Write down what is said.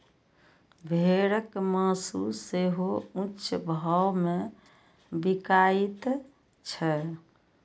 भेड़क मासु सेहो ऊंच भाव मे बिकाइत छै